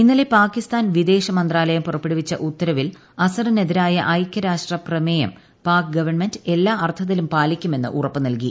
ഇന്നലെ പാകിസ്ഥാൻ വിദേശമന്ത്രാലയം പുറപ്പെടുവിച്ച ഉത്തരവിൽ അസറിനെതിരായ ഐക്യരാഷ്ട്ര പ്രമേയം പാക് ഗവൺമെന്റ് എല്ലാ അർത്ഥത്തിലും പാലിക്കുമെന്ന് ഉറപ്പ് നൽകി